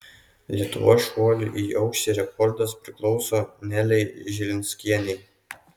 lietuvos šuolių į aukštį rekordas priklauso nelei žilinskienei